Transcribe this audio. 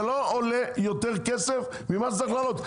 זה לא עולה יותר כסף ממה שזה צריך לעלות.